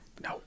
No